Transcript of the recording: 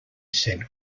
said